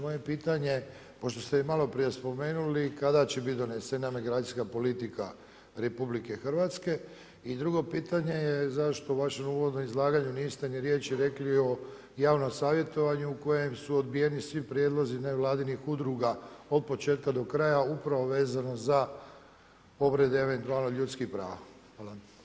Moje pitanje, pošto ste maloprije spomenuli, kada će biti donesena migracijska politika RH i drugo pitanje je zašto u vašem uvodnom izlaganju niste ni riječi rekli o javnom savjetovanju u kojem su odbijeni svi prijedlozi nevladinih udruga od početka do kraja, upravo vezano za povrede eventualno ljudskih prava?